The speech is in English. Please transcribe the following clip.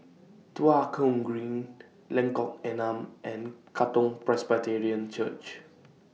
Tua Kong Green Lengkok Enam and Katong Presbyterian Church